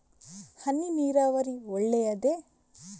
ಹನಿ ನೀರಾವರಿ ಒಳ್ಳೆಯದೇ?